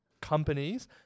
companies